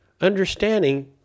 understanding